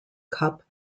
cup